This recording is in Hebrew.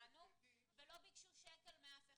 ולא ביקשו שקל מאף אחד.